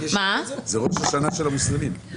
זה ראש השנה של המוסלמים.